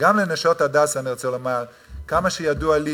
וגם ל"נשות הדסה" אני רוצה לומר: כמה שידוע לי,